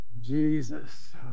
Jesus